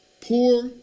poor